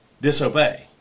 disobey